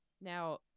Now